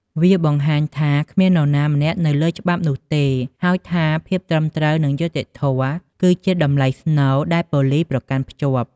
វាបង្ហាញថា គ្មាននរណាម្នាក់នៅពីលើច្បាប់នោះទេ ហើយថាភាពត្រឹមត្រូវ និងយុត្តិធម៌ គឺជាតម្លៃស្នូលដែលប៉ូលិសប្រកាន់ភ្ជាប់។